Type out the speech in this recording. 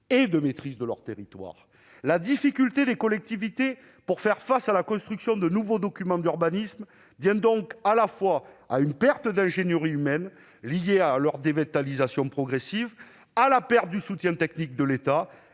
et de maîtrise de leur territoire. La difficulté des collectivités à faire face à la construction de nouveaux documents d'urbanisme tient donc, à la fois, à une perte d'ingénierie humaine liée à leur dévitalisation progressive, à la fin du soutien technique de l'État